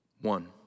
One